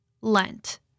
Lent